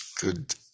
good